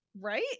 Right